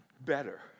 better